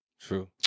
True